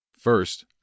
First